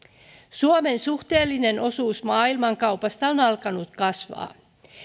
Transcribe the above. suomen suhteellinen osuus maailmankaupasta on alkanut kasvaa